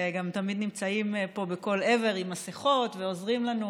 וגם תמיד נמצאים פה בכל עבר עם מסכות ועוזרים לנו,